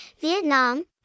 Vietnam